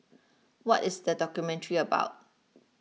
what is the documentary about